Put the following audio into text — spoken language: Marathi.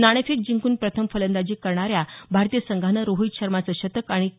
नाणेफेक जिंकून प्रथम फलंदाजी करणाऱ्या भारतीय संघानं रोहीत शर्माचं शतक आणि के